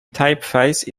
typeface